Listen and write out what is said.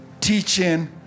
teaching